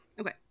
okay